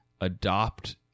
adopt